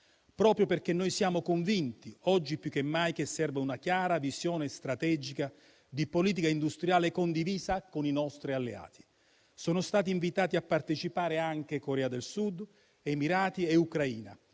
proprio perché siamo convinti, oggi più che mai, che serva una chiara visione strategica di politica industriale condivisa con i nostri alleati. Sono stati invitati a partecipare anche Corea del Sud, Emirati Arabi e Ucraina,